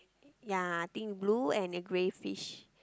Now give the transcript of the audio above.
ya think blue and grey fish